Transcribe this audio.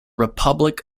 republic